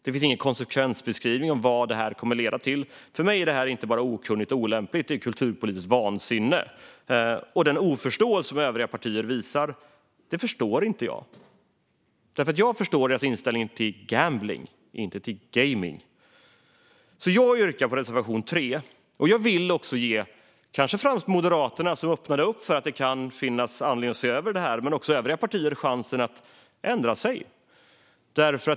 Det finns ingen konsekvensbeskrivning av vad det kommer att leda till. För mig är det inte bara okunnigt och olämpligt. Det är kulturpolitiskt vansinne. Den oförståelse som övriga partier visar förstår jag inte. Jag förstår deras inställning till gambling men inte till gejming. Jag yrkar bifall till reservation 3. Jag vill också ge kanske framför allt Moderaterna, som öppnade för att det kan finnas anledning att se över detta, men också övriga partier chansen att ändra sig.